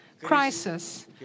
crisis